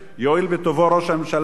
יואיל בטובו ראש הממשלה,